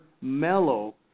mellow